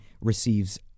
receives